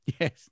Yes